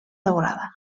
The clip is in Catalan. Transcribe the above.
daurada